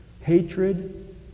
Hatred